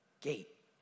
gate